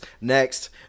next